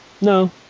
No